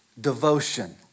devotion